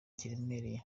kiremereye